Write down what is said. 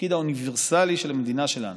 לתפקיד האוניברסלי של המדינה שלנו.